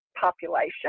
population